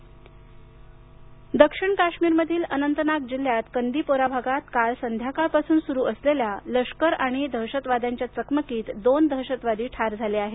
जम्मकाश्मीर काश्मीरमधील अनंतनाग जिल्हयात कंदीपोरा भागात काल संध्याकाळपासून सुरू असलेल्या लष्कर आणि दहशतवाद्यांच्या चकमकीत दोन दहशतवादी ठार झाले आहेत